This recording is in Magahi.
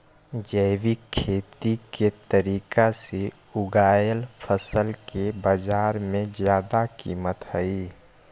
जैविक खेती के तरीका से उगाएल फसल के बाजार में जादा कीमत हई